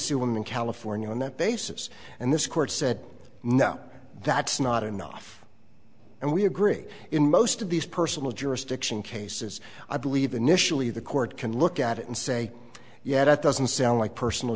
sue him in california on that basis and this court said no that's not enough and we agree in most of these personal jurisdiction cases i believe initially the court can look at it and say yeah that doesn't sound like personal